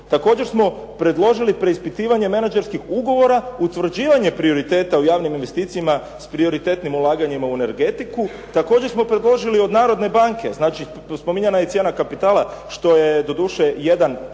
Također smo predložili preispitivanje menađerskih ugovora, utvrđivanje prioriteta u javnim investicijama s prioritetnim ulaganjima u energetiku. Također smo predložili od Narodne banke, znači spominjana je cijena kapitala što je doduše jedan